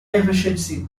efficiency